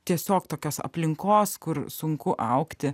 tiesiog tokios aplinkos kur sunku augti